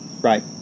right